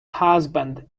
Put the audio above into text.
husband